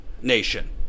nation